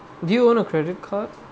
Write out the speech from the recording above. do you own a credit card